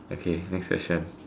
okay next question